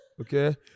Okay